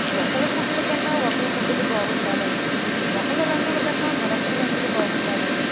ఒకళ్ళ ముగ్గుల కన్నా ఒకళ్ళ ముగ్గులు బాగుండాలని ఒకలి రంగుల కన్నా మరొకరి రంగులు బాగుండాలని